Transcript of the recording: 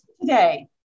today